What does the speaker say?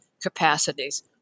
capacities